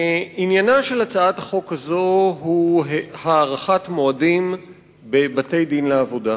עניינה של הצעת החוק הזאת הוא הארכת מועדים בבתי-דין לעבודה.